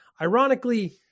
Ironically